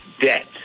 debt